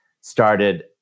started